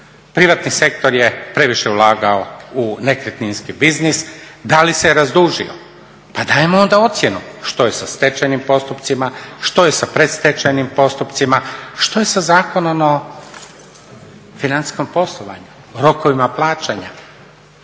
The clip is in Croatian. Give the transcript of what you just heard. Privatni sektor je previše ulagao u nekretninski biznis. Da li se razdužio? Pa dajmo onda ocjenu što je sa stečajnim postupcima, što je sa predstečajnim postupcima, što je sa Zakonom o financijskom poslovanju, rokovima plaćanja